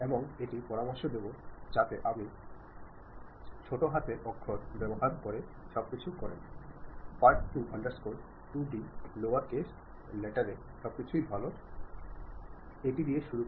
এবং এটি পরামর্শ দিবো যাতে আপনি ছোট হাতের অক্ষর ব্যবহার করে সবকিছু করেনপার্ট 2 আন্ডারস্কোর 2d লোয়ার কেস লেটারের সবকিছুই ভাল পছন্দ এটি দিয়ে শুরু করা